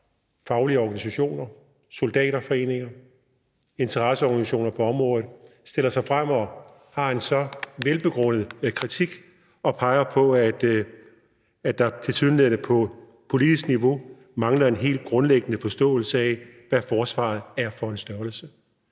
faglige organisationer, Soldaterforeningen og interesseorganisationer på området stiller sig frem og har en så velbegrundet kritik og peger på, at der tilsyneladende på politisk niveau mangler en hel grundlæggende forståelse af, hvad Forsvaret er for en størrelse.